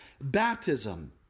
Baptism